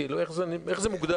איך זה מוגדר?